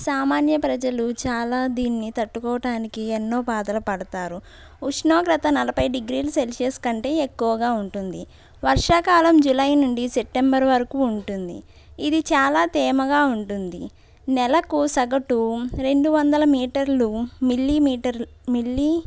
సామాన్య ప్రజలు చాలా దీన్ని తట్టుకోవడానికి ఎన్నో బాధలు పడతారు ఉష్ణోగ్రత నలభై డిగ్రీలు సెల్సియస్ కంటే ఎక్కువగా ఉంటుంది వర్షాకాలం జూలై నుండి సెప్టెంబర్ వరకు ఉంటుంది ఇది చాలా తేమగా ఉంటుంది నెలకు సగటు రెండు వందల మీటర్లు మిల్లీమీటర్లు మిల్లీ